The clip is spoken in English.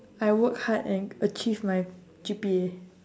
I work hard and achieve my G_P_A